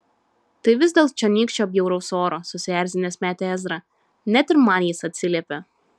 tai vis dėl čionykščio bjauraus oro susierzinęs metė ezra net ir man jis atsiliepia